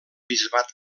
bisbat